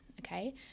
Okay